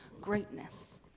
greatness